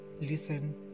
listen